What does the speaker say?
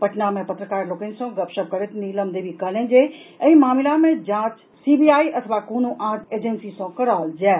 पटना मे पत्रकार लोकनि सॅ गपशप करैत नीलम देवी कहलनि जे एहि मामिला के जांच सीबीआई अथवा कोनो आन एजेंसी सॅ कराओल जाय